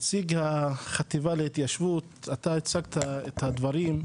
נציג החטיבה להתיישבות, אתה הצגת את הדברים,